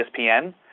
ESPN